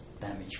damage